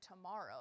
tomorrow